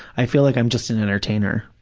i feel like i'm just an entertainer.